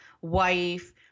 wife